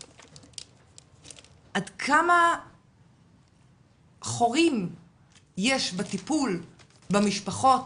עד כמה חורים יש בטיפול במשפחות